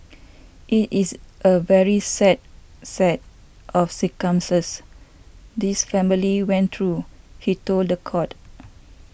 it is a very sad set of this family went through he told the court